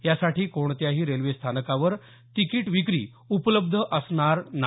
यासाठी कोणत्याही रेल्वे स्थानकावर तिकिट विक्री उपलब्ध असणार नाही